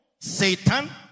Satan